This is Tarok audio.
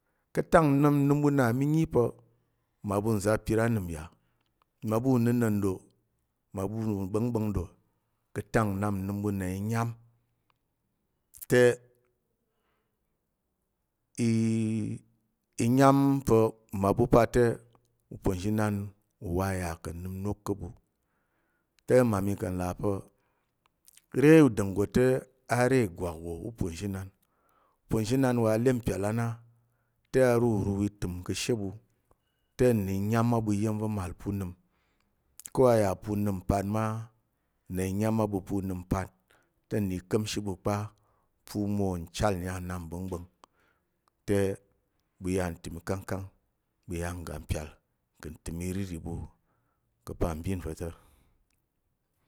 Ka̱ tak nnap nnəm ɓu na mí nyi pa̱ mmaɓu nza̱ apir anəm yà. Mmaɓu unəna̱n ɗò, mmaɓu unəm uɓa̱ngɓa̱ng ɗò ka̱ tak nnap nnəm ɓu i nyám te, i nyám pa̱ mmaɓu pa te uponzhinan wa yà ka̱ nnəm inok ka̱ ɓu te, mmami ka̱ nlà pa̱ re udanggo te a re ìgwak wò uponzhinan wa a ləp mpyal a na te, aruhuruhu itəm ka̱she ɓu. Te nna i nyám a ɓu iya̱m va̱ màl pu unəm ko. A yà pa̱ n nəm mpat ma na i nyám a ɓu pu nəm mpat te nna i ka̱mshi ɓu kpa pa̱ u mwo nchal nyar nnap mɓa̱ngɓa̱ng te ɓu ya ntəm ikangkang. Ɓu ya ngga mpyal ka̱ ntəm iriri ɓu ka̱ pal mbin va̱ ta̱.